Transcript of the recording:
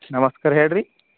ನಮಸ್ಕಾರ ಹೇಳ್ರಿ